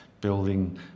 building